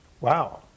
Wow